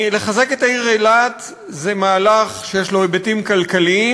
לחזק את העיר אילת זה מהלך שיש לו היבטים כלכליים,